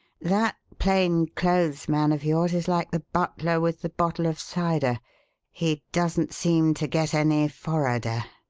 that plain-clothes man of yours is like the butler with the bottle of cider he doesn't seem to get any forrarder